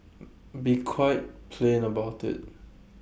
be quite plain about IT